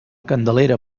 candelera